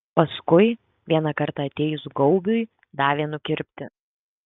paskui vieną kartą atėjus gaubiui davė nukirpti